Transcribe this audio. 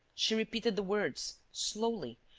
she repeated the words, slowly,